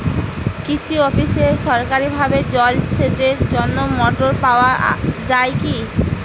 কৃষি অফিসে সরকারিভাবে জল সেচের জন্য মোটর পাওয়া যায় কি?